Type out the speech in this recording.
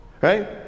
right